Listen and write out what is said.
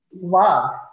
love